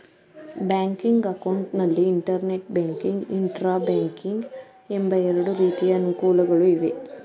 banking account ನಲ್ಲಿ inter banking, intra banking ಎಂಬ ಎರಡು ರೀತಿಯ ಅನುಕೂಲಗಳು ಇವೆ